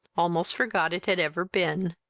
almost forgot it had ever been.